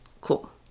Cool